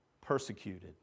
persecuted